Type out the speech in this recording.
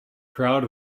crowd